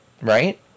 Right